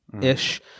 ish